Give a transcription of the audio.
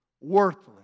worthless